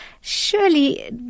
Surely